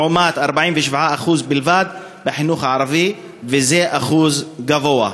לעומת 47% בלבד בחינוך הערבי, וזה אחוז גבוה,